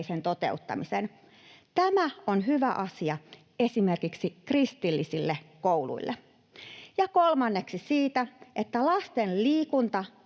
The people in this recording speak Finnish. toteuttamisen. Tämä on hyvä asia esimerkiksi kristillisille kouluille. Kolmanneksi siitä, että lasten liikunta-